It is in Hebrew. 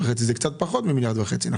וחצי שקלים אלא קצת פחות ממיליארד וחצי.